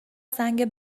سنگ